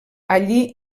allí